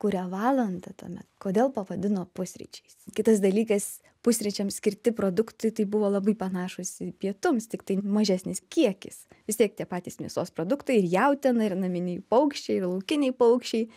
kurią valandą tuomet kodėl pavadino pusryčiais kitas dalykas pusryčiams skirti produktai tai buvo labai panašūs į pietums tiktai mažesnis kiekis vis tiek tie patys mėsos produktai ir jautiena ir naminiai paukščiai ir laukiniai paukščiai